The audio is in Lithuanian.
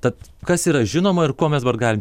tad kas yra žinoma ir ko mes dabar galim